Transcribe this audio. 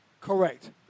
Correct